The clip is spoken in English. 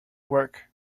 work